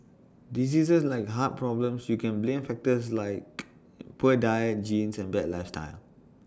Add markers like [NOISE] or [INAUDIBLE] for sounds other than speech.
diseases like heart problems you can blame factors like [NOISE] poor diet genes and bad lifestyle